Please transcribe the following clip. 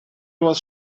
was